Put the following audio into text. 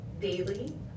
daily